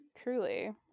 truly